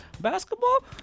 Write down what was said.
Basketball